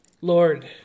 lord